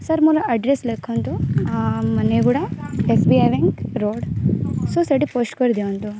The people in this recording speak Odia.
ସାର୍ ମୋର ଆଡ୍ରେସ୍ ଲେଖନ୍ତୁ Maniguda SBI bank road so ସେଠି ପୋଷ୍ଟ କରି ଦିଆନ୍ତୁ